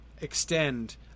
extend